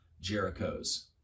Jericho's